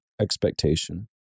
expectation